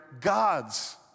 gods